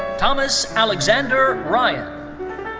thomas alexander ryan.